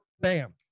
bam